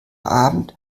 abend